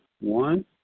one